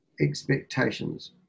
expectations